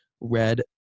red